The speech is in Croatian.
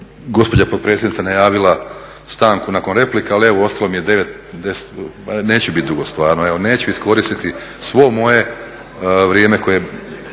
gospođa potpredsjednica najavila stanku nakon replika, ali evo ostalo mi je 9, 10 minuta, neću biti dugo stvarno, neću iskoristiti svo moje vrijeme koje